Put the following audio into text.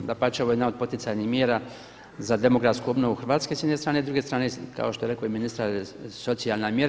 Dapače, ovo je jedna od poticajnih mjera za demografsku obnovu Hrvatske s jedne strane, s druge strane kao što je rekao i ministar socijalna mjera.